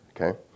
okay